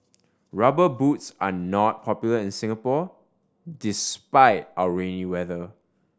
Rubber Boots are not popular in Singapore despite our rainy weather